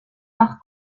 par